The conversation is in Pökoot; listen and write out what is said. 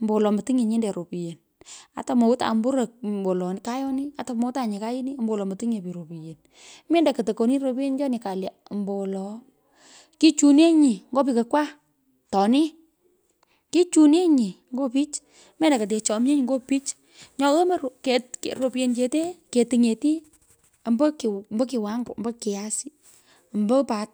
Ombowolo metiny nye nyinde ropiten. Ata mowetamye mboroi wolon. kayani. ata mowetenye kayini ombowolo metiny nye pich ropiyen. Mendo koto koninyi ropitiyenichi kalya obowolo. kiichunyenyi nyo pikakwa. toni. kichunyenyi nyo pich. mendo ketechominyenyi nyo pich. mendo ketechominyenyi nyo poch. Nyo yomoi ropyen. ker ropitinicete ketiny’eti. ombo kiw. ombo kiwanyo ombo kiasi. Ombo pat